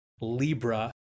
Libra